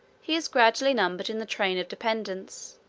he is gradually numbered in the train of dependants,